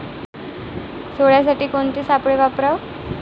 सोल्यासाठी कोनचे सापळे वापराव?